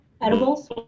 edibles